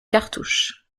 cartouches